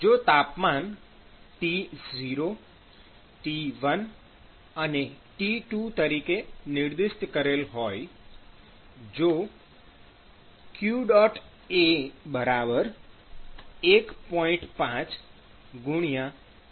જો તાપમાન T0 T1 અને T2 તરીકે નિર્દિષ્ટ કરેલ હોય જો qA 1